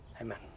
Amen